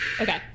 Okay